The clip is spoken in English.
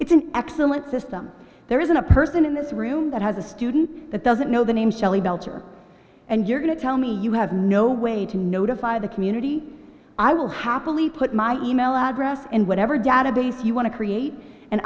it's an excellent system there isn't a person in this room that has a student that doesn't know the name shelley belcher and you're going to tell me you have no way to notify the community i will happily put my e mail address in whatever database you want to create and